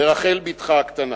ברחל בתך הקטנה.